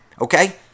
okay